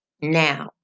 now